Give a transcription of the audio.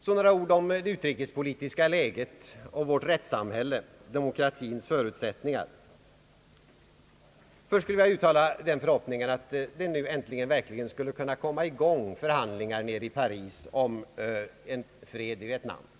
Så några ord om det utrikespolitiska läget, vårt rättssamhälle och demokratins arbetsförutsättningar. Först skulle jag vilja uttala den förhoppningen att förhandlingar på allvar nu äntligen skall kunna komma i gång nere i Paris om fred i Vietnam.